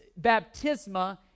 baptisma